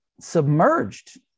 submerged